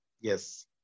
yes